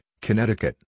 Connecticut